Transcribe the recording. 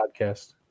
podcast